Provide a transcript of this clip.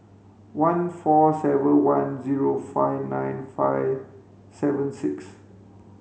one four seven one zero five nine five seven six